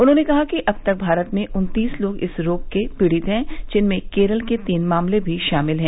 उन्होंने कहा कि अब तक भारत में उन्तीस लोग इस रोग से पीड़ित हैं जिनमें केरल के तीन मामले भी शामिल हैं